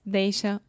deixa